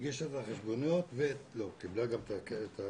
הגישה את החשבוניות, קיבלה גם את הכסף.